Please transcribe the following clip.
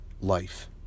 life